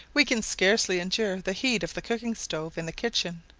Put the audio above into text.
we can scarcely endure the heat of the cooking-stove in the kitchen.